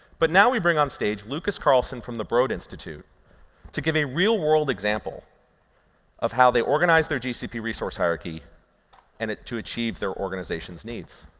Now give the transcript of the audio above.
but now we bring on stage lukas karlsson from the broad institute to give a real world example of how they organize their gcp resource hierarchy and to achieve their organization's needs.